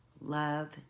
Love